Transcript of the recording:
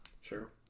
Sure